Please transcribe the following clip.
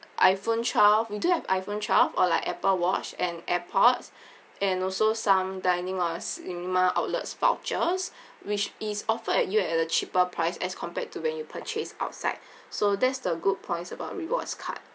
iphone twelve we do have iphone twelve or like apple watch and airpods and also some dining or cinema outlets vouchers which is offered at you at a cheaper price as compared to when you purchase outside so that's the good points about rewards card